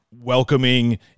welcoming